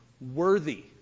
Worthy